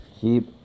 keep